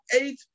eight